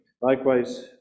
Likewise